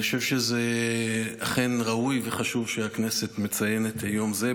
אני חושב שזה אכן ראוי וחשוב שהכנסת מציינת את היום הזה.